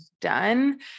done